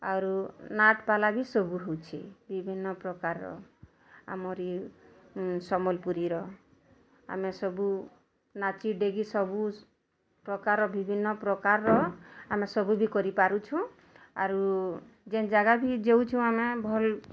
ଆରୁ ନାଟ୍ ପାଲା ବି ସବୁ ହେଉଛି ବିଭିନ୍ନ ପ୍ରକାରର ଆମରି ସମ୍ବଲପୁରୀର ଆମେ ସବୁ ନାଚି ଡ଼େଗି ସବୁ ପ୍ରକାରର ବିଭିନ୍ନ ପ୍ରକାରର ଆମେ ସବୁ ବି କରି ପାରୁଛୁଁ ଆରୁ ଯେନ୍ ଜାଗା ଭିଁ ଯେଉଛୁଁ ଆମେ ଭଲ୍